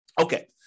Okay